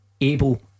able